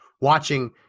watching